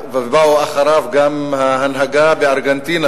באה אחריו גם ההנהגה בארגנטינה,